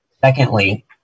Secondly